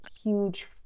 huge